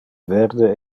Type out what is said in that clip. verde